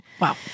Wow